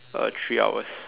uh three hours